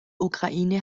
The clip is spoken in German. ukraine